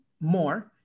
more